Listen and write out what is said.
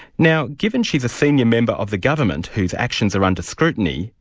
now given she's a senior member of the government whose actions are under scrutiny,